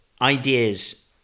ideas